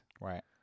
Right